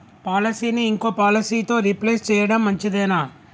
పాలసీని ఇంకో పాలసీతో రీప్లేస్ చేయడం మంచిదేనా?